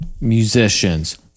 musicians